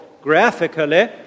graphically